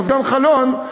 מזגן חלון,